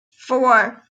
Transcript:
four